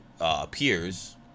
appears